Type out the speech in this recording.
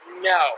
No